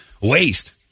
waste